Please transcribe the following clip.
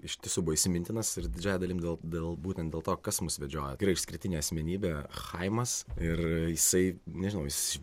iš tiesų buvo įsimintinas ir didžiąja dalim gal dėl būtent dėl to kas mus vedžioja gerai išskirtinė asmenybė chaimas ir jisai nežinau jis